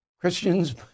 Christians